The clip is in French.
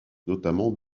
notamment